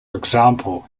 example